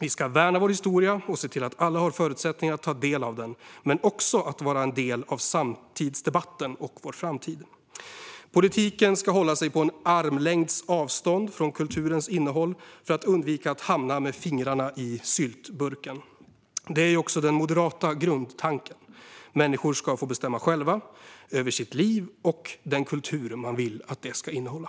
Vi ska värna vår historia och se till att alla har förutsättningar att ta del av den men också att vara en del av samtidsdebatten och vår framtid. Politiken ska hålla sig på en armlängds avstånd från kulturens innehåll för att undvika att hamna med fingrarna i syltburken. Detta är ju också den moderata grundtanken - människor ska själva få bestämma över sitt liv och över den kultur man vill att det ska innehålla.